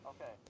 okay